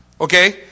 Okay